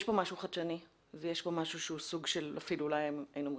כאן משהו חדשני ויש כאן משהו שהוא סוג של אולי ניסוי.